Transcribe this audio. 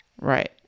Right